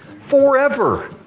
forever